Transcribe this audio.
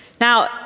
Now